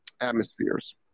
atmospheres